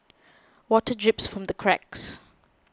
water drips from the cracks